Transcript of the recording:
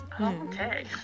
Okay